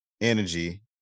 energy